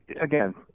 again